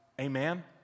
Amen